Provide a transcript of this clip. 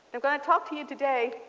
i'm going to talk to you today